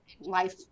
Life